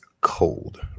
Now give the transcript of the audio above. cold